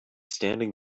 standing